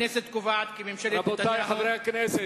הכנסת קובעת כי ממשלת נתניהו נכשלה כישלון חרוץ בטיפולה בהכנת התקציב,